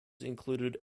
included